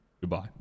Goodbye